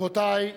רבותי השרים,